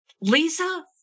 Lisa